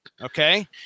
okay